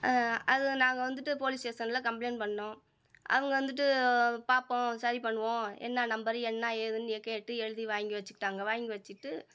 அதுக்கு நாங்கள் வந்துட்டு போலீஸ் ஸ்டேஷன்ல கம்பளைண்ட் பண்ணோம் அவங்க வந்துட்டு பார்ப்போம் சரிபண்ணுவோம் என்ன நம்பரு என்ன ஏதுன்னு கேட்டு எழுதி வாங்கி வச்சிக்கிட்டாங்கள் வாங்கி வச்சிட்டு